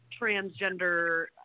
transgender